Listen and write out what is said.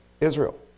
Israel